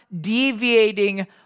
deviating